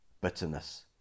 Bitterness